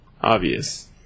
obvious